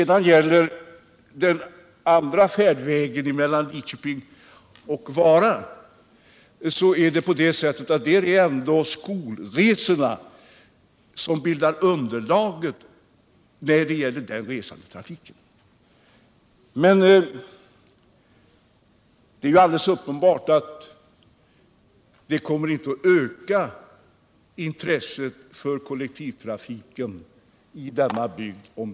Det är uppenbart att intresset för kollektivtrafik i denna bygd inte kommer att öka om dessa turer tas undan.